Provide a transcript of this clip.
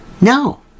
No